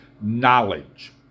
knowledge